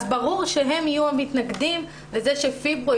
אז ברור שהם יהיו המתנגדים לזה שפיברו